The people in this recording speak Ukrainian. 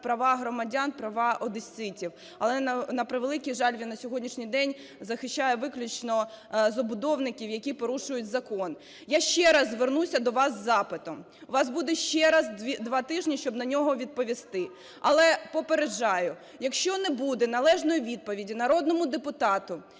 права громадян, права одеситів. Але, на превеликий жаль, він на сьогоднішній день захищає виключно забудовників, які порушують закон. Я ще раз звернуся до вас із запитом, у вас буде ще раз два тижні, щоб на нього відповісти. Але попереджаю: якщо не буде належної відповіді народному депутату,